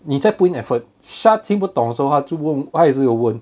你在 put in effort shah 听不懂 so 他就问他也是有问